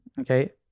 Okay